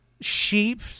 sheep